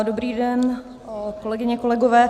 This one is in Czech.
Dobrý den, kolegyně, kolegové.